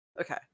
okay